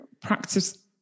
practice